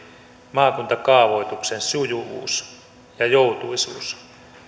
maakuntakaavoituksen sujuvuus ja joutuisuus